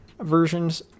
versions